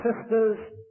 sister's